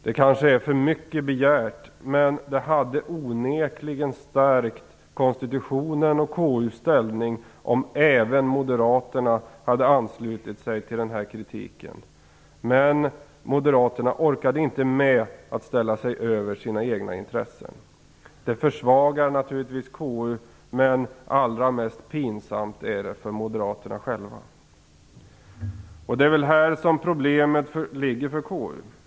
Det kanske är för mycket begärt, men det hade onekligen stärkt konstitutionen och KU:s ställning om även moderaterna hade anslutit sig till den här kritiken. Men moderaterna orkade inte med att sätta sig över sina egna intressen. Det försvagar naturligtvis KU, men det är allra mest pinsamt för moderaterna själva. Det är väl här som problemet ligger för KU.